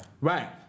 Right